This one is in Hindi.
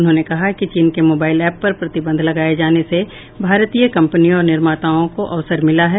उन्होंने कहा कि चीन के मोबाइल ऐप पर प्रतिबंध लगाए जाने से भारतीय कंपनियों और निर्माताओं को अवसर मिला है